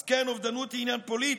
אז כן, אובדנות היא עניין פוליטי.